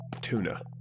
tuna